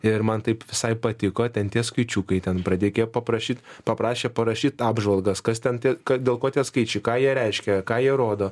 ir man taip visai patiko ten tie skaičiukai ten pradekė paprašyt paprašė parašyt apžvalgas kas ten tie kad dėl ko tie skaičiai ką jie reiškia ką jie rodo